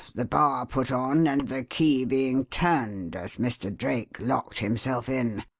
the bar put on, and the key being turned as mr. drake locked himself in.